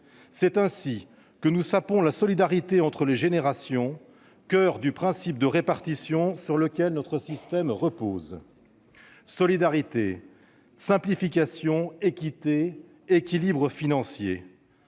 C'est ainsi que nous sapons la solidarité entre les générations, coeur du principe de répartition sur lequel repose notre système. Solidarité, simplification, équité, équilibre financier